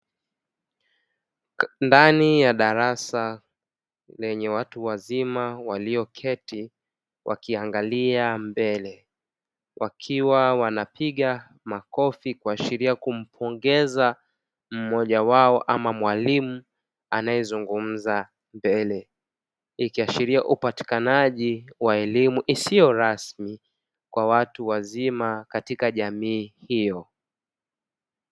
Ndani ya darasa lenye watu wazima walioketi wakiangalia mbele wakiwa wanapiga makofi kuashiria kumpongeza mmoja wao au mwalimu anaezungumza mbele. Ikiashiria upatikanaji wa elimu isiyorasmi kwa watu wazima katika jamii.